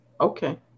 Okay